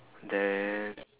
then